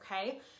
okay